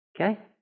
Okay